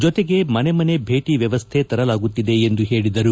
ಜೊತೆಗೆ ಮನೆಮನೆ ಭೇಟ ವ್ಯವಸ್ಥೆ ತರಲಾಗುತ್ತಿದೆ ಎಂದು ಹೇಳಿದರು